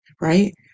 right